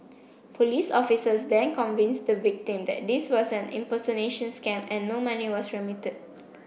police officers then convinced the victim that this was an impersonation scam and no money was remitted